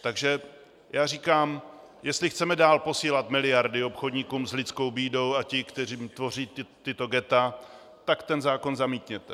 Takže já říkám, jestli chceme dál posílat miliardy obchodníkům s lidskou bídou a těm, kteří tvoří tato ghetta, tak ten zákon zamítněte!